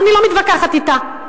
ואני לא מתווכחת אתה.